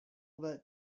that